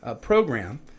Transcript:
program